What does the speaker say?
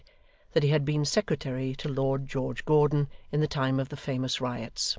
that he had been secretary to lord george gordon in the time of the famous riots.